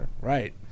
Right